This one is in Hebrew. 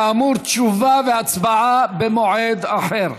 כאמור, תשובה והצבעה במועד אחר.